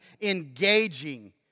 engaging